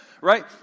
Right